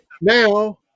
Now